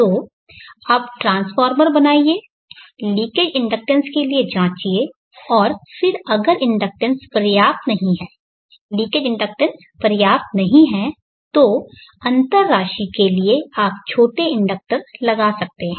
तो आप ट्रांसफॉर्मर बनाइये लीकेज इंडक्टेंस के लिए जांचिए और फिर अगर इंडक्टेंस पर्याप्त नहीं है लीकेज इंडक्टेंस पर्याप्त नहीं है तो अंतर राशि के लिए आप छोटे इंडक्टर लगा सकते हैं